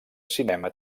cinema